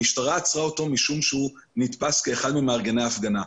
המשטרה עצרה אותו משום שהוא נתפס כאחד ממארגני ההפגנה.